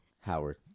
Howard